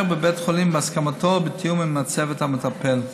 בבית חולים בהסכמתו ובתיאום עם הצוות המטפל.